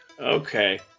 Okay